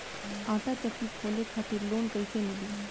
आटा चक्की खोले खातिर लोन कैसे मिली?